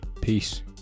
peace